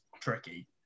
tricky